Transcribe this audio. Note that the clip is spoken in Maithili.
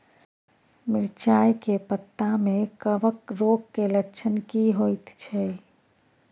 मिर्चाय के पत्ता में कवक रोग के लक्षण की होयत छै?